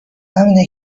همینه